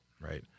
right